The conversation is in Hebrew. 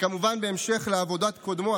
וכמובן בהמשך לעבודת קודמו,